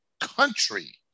country